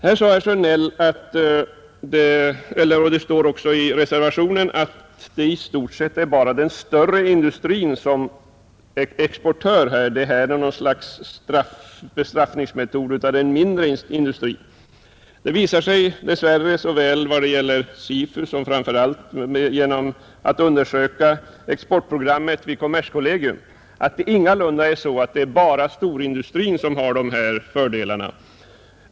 Herr Sjönell sade — och det står också i reservationen — att det i stort sett är bara den större industrin som är exportör här, varför detta är något slags bestraffningsmetod för den mindre industrin. Det visar sig dess värre, såväl om man ser på SIFU som om man undersöker exportprogrammet vid kommerskollegium, att det ingalunda är bara storindustrin som har dessa fördelar.